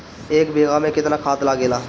एक बिगहा में केतना खाद लागेला?